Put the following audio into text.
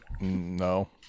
No